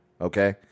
okay